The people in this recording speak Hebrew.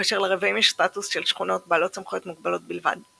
כאשר לרבעים יש סטטוס של שכונות בעלות סמכויות מוגבלות בלבד.